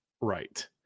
Right